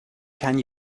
can